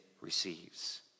receives